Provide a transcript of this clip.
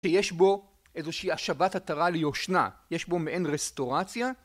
שיש בו איזושהי השבת עטרה ליושנה, יש בו מעין רסטורציה.